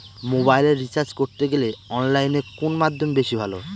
মোবাইলের রিচার্জ করতে গেলে অনলাইনে কোন মাধ্যম বেশি ভালো?